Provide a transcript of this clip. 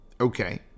Okay